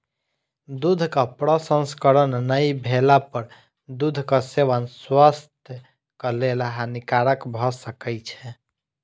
दूधक प्रसंस्करण नै भेला पर दूधक सेवन स्वास्थ्यक लेल हानिकारक भ सकै छै